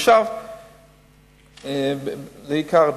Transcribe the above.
עכשיו לעיקר הדברים.